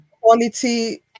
quality